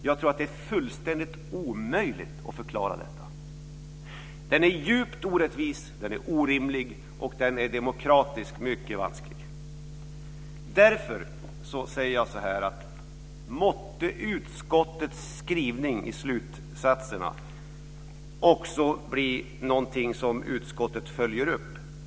Jag tror att det är fullständigt omöjligt att förklara detta. Den här skatten är djupt orättvis. Den är orimlig, och den är demokratiskt mycket vansklig. Därför säger jag så här: Måtte utskottets skrivning i slutsatserna också bli någonting som utskottet följer upp.